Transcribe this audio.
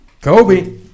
Kobe